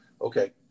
okay